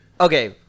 Okay